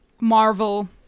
Marvel